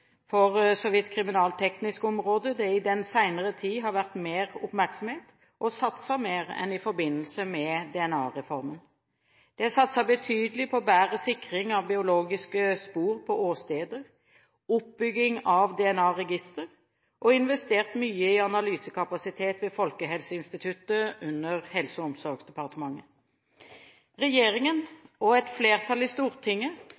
for så vidt kriminalteknisk område, det i den senere tid har vært mer oppmerksomhet og blitt satset mer enn i forbindelse med DNA-reformen. Det er satset betydelig på bedre sikring av biologiske spor på åsteder, oppbygging av DNA-register og investert mye i analysekapasitet ved Folkehelseinstituttet under Helse- og omsorgsdepartementet. Regjeringen og et flertall i Stortinget